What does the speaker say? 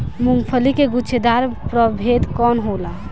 मूँगफली के गुछेदार प्रभेद कौन होला?